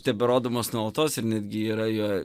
teberodomas nuolatos ir netgi yra jo